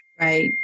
Right